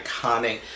iconic